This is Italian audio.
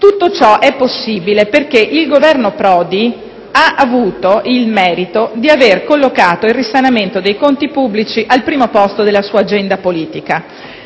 tutto ciò è possibile perché il governo Prodi ha avuto il merito di aver collocato il risanamento dei conti pubblici al primo posto della sua agenda politica,